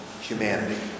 humanity